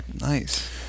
nice